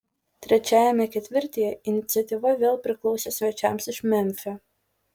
trečiajame ketvirtyje iniciatyva vėl priklausė svečiams iš memfio